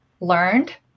learned